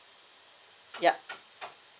ya